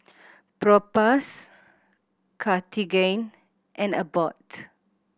Propass Cartigain and Abbott